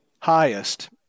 highest